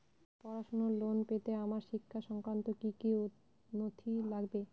পড়াশুনোর লোন পেতে আমার শিক্ষা সংক্রান্ত কি কি নথি লাগবে?